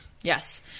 Yes